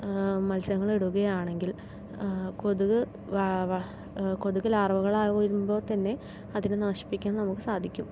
മത്സ്യങ്ങൾ ഇടുകയാണെങ്കിൽ കൊതുക് വാ കൊതുക് ലാർവകളായി വരുമ്പോൾത്തന്നെ അതിനെ നശിപ്പിക്കാൻ നമുക്ക് സാധിക്കും